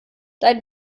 dein